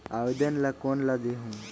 आवेदन ला कोन ला देहुं?